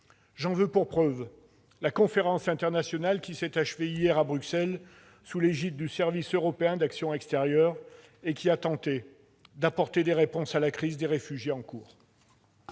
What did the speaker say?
J'en veux pour preuve la conférence internationale qui s'est achevée hier à Bruxelles, sous l'égide du Service européen pour l'action extérieure, le SEAE, et qui a tenté d'apporter des réponses à la crise des réfugiés qui